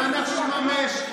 ואנחנו נממש.